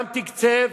גם תקצב,